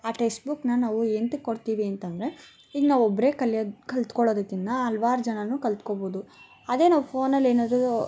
ಆ ಟೆಕ್ಸ್ಟ್ ಬುಕ್ಕನ್ನ ನಾವು ಏನ್ತಕ್ಕೆ ಕೊಡ್ತೀವಿ ಅಂತಂದರೆ ಈಗ ನಾವೊಬ್ಬರೇ ಕಲಿಯೋದು ಕಲ್ತ್ಕೊಳ್ಳೋದಕ್ಕಿನ್ನ ಹಲವಾರು ಜನಾನು ಕಲ್ತ್ಕೊಬೋದು ಅದೇ ನಾವು ಫೋನಲ್ಲಿ ಏನಾದರೂ